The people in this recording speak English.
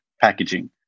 packaging